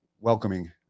welcoming